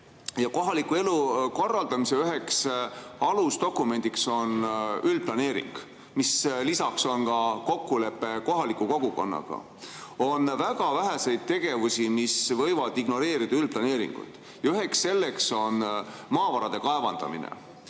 Kohaliku elu korraldamise üks alusdokument on üldplaneering, mis lisaks on kokkulepe kohaliku kogukonnaga. On väga vähe tegevusi, mis võivad ignoreerida üldplaneeringut. Üks neist on maavarade kaevandamine.